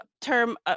term